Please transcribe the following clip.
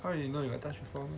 how you know you touch before meh